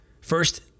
First